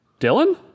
Dylan